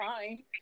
fine